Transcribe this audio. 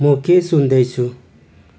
म के सुन्दै छु